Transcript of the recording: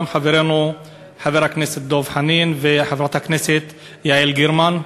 חברנו חבר הכנסת דב חנין וחברת הכנסת יעל גרמן.